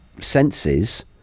senses